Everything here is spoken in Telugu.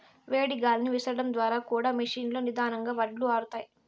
వేడి గాలిని విసరడం ద్వారా కూడా మెషీన్ లో నిదానంగా వడ్లు ఆరుతాయి